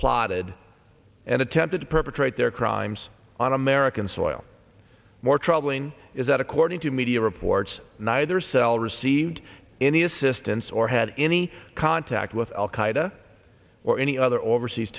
plotted and attempted to perpetrate their crimes on american soil more troubling is that according to media reports neither cell received any assistance or had any contact with al qaeda or any other overseas